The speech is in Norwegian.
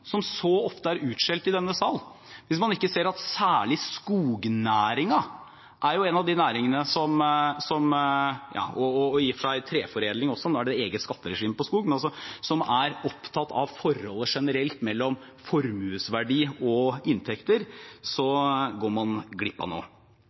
som så ofte er utskjelt i denne sal: Hvis man ikke ser at særlig skognæringen – i og for seg treforedling også, men det er et eget skatteregime for skog – er en av næringene som er opptatt av forholdet generelt mellom formuesverdi og inntekter,